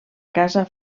casa